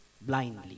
blindly